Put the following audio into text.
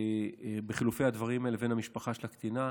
חילופי הדברים בין המשפחה של הקטינה,